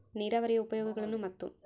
ನೇರಾವರಿಯ ಉಪಯೋಗಗಳನ್ನು ಮತ್ತು?